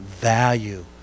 value